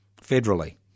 federally